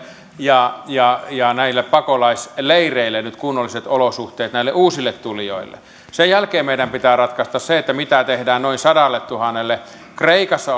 ja ja näille pakolaisleireille nyt kunnolliset olosuhteet näille uusille tulijoille sen jälkeen meidän pitää ratkaista se mitä tehdään noin sadalletuhannelle kreikassa